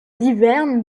hiverne